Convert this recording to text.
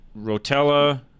Rotella